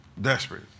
Desperate